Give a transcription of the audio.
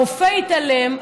הרופא התעלם,